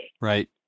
Right